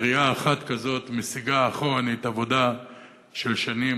ירייה אחת כזאת מסיגה אחורנית עבודה של שנים.